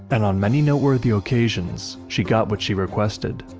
and on many noteworthy occasions, she got what she requested.